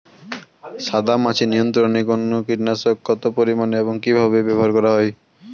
সাদামাছি নিয়ন্ত্রণে কোন কীটনাশক কত পরিমাণে এবং কীভাবে ব্যবহার করা হয়?